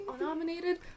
nominated